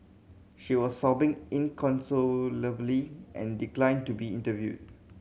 she was sobbing inconsolably and declined to be interviewed